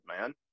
man